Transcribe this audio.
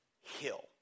hill